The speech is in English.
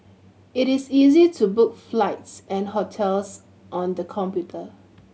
it is easy to book flights and hotels on the computer